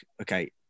okay